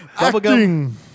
Acting